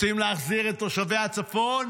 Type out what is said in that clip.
רוצים להחזיר את תושבי הצפון